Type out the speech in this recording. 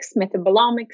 metabolomics